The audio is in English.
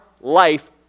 life